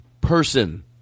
person